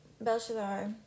Belshazzar